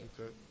Okay